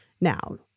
now